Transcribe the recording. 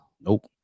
Nope